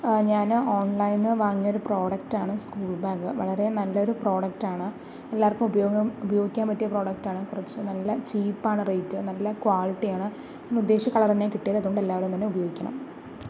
ആ ഞാന് ഓൺലൈൻന്ന് വാങ്ങിയ ഒരു പ്രോഡക്റ്റാണ് സ്കൂൾ ബാഗ് വളരെ നല്ലൊരു പ്രോഡക്റ്റാണ് എല്ലാർക്കും ഉപയോഗം ഉപയോഗിക്കാൻ പറ്റിയ പ്രോഡക്റ്റാണ് കുറച്ച് നല്ല ചീപ്പാണ് റേറ്റ് നല്ല ക്വാളിറ്റിയാണ് ഞാൻ ഉദ്ദേശിച്ച കളറ് തന്നെ കിട്ടി അതുകൊണ്ട് എല്ലാവരും തന്നെ ഉപയോഗിക്കണം